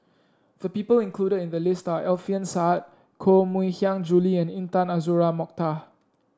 the people included in the list are Alfian Sa'at Koh Mui Hiang Julie and Intan Azura Mokhtar